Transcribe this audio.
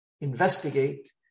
investigate